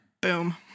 boom